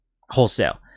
wholesale